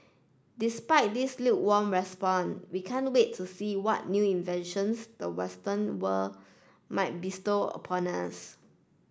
despite this lukewarm response we can't wait to see what new inventions the western world might bestow upon us